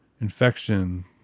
infection